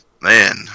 Man